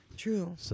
True